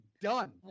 done